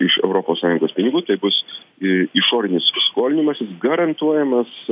iš europos sąjungos pinigų tai bus į išorinis skolinimasis garantuojamas